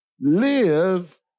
live